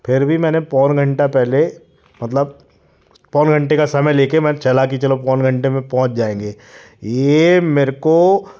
फिर भी मैंने पौन घंटा पहले मतलब पौन घंटे का समय ले के मैं चला कि चलो पौन घंटे में पहुँच जाएंगे ये मेरे को